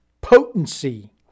potency